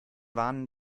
warnen